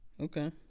Okay